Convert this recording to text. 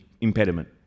impediment